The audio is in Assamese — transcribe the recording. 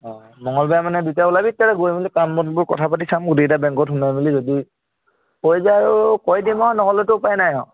অঁ মংগলবাৰ মানে দুইটা ওলাবি তেতিয়া গৈ মেলি কাম বনবোৰ কথা পাতি চাম গোটেইকেইটা বেংকত সোমাই মেলি যদি হৈ যায় আৰু কৰি দিম আৰু নহ'লেতো উপায় নাই অঁ